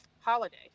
holiday